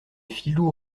filous